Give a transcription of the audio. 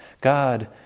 God